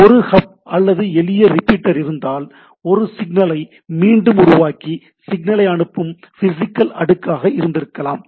ஒரு ஹப் அல்லது எளிய ரிப்பீட்டர் இருந்தால் அது சிக்னலை மீண்டும் உருவாக்கி சிக்னலை அனுப்பும் பிசிகல் அடுக்காக இருந்திருக்கலாம்